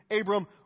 abram